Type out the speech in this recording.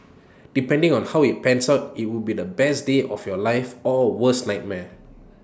depending on how IT pans out IT would be the best day of your life or worst nightmare